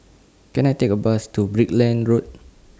Can I Take A Bus to Brickland Road